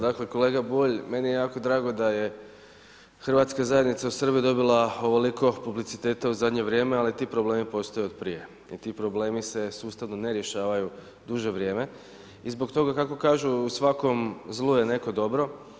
Dakle kolega Bulj, meni je jako drago da je Hrvatska zajednica u Srbiji dobila ovoliko publiciteta u zadnje vrijeme, ali ti problemi postoje od prije i ti problemi se sustavno ne rješavaju duže vrijeme i zbog toga kako kažu u svakom zlu je neko dobro.